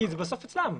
בסוף זה אצלם.